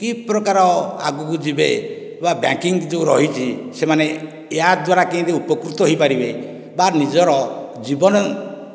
କି ପ୍ରକାର ଆଗକୁ ଯିବେ କିମ୍ବା ବ୍ୟାଙ୍କିଂ ଯେଉଁ ରହିଛି ସେମାନେ ଏହା ଦ୍ଵାରା କେମିତି ଉପକୃତ ହୋଇ ପାରିବେ ବା ନିଜର ଜୀବନ